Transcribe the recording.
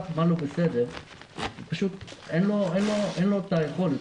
מה לא בסדר אבל פשוט אין לו את היכולת.